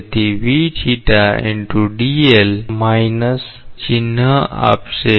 તેથી એ ચિહ્ન આપશે